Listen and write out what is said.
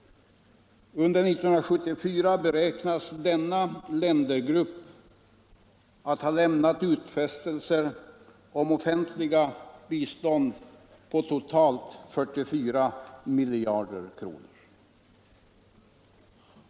Under 1974 beräknas denna ländergrupp ha lämnat utfästelser om offentligt bistånd på totalt ca 44 miljarder kronor.